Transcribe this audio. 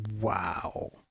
Wow